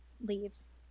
Leaves